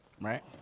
right